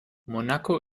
monaco